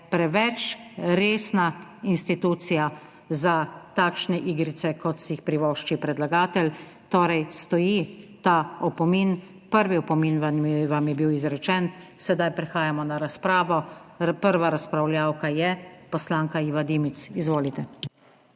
preveč resna institucija za takšne igrice, kot si jih privošči predlagatelj, torej stoji ta opomin. Prvi opomin vam je bil izrečen. Sedaj prehajamo na razpravo. Prva razpravljavka je poslanka Iva Dimic. Izvolite.